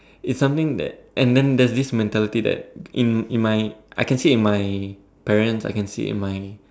it's something that and then there's this mentally that in my in my I can see in my parents I can see in my